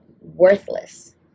worthless